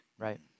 Right